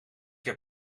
heb